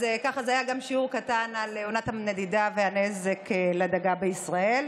אז זה היה גם שיעור קטן על עונת הנדידה והנזק לדגה בישראל.